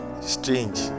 strange